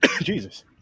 Jesus